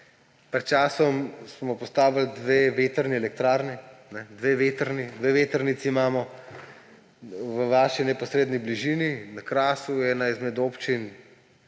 Pred časom smo postavili dve vetrni elektrarni, dve vetrnici imamo v vaši neposredni bližini. Na Krasu je ena izmed občin,